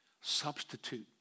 substitute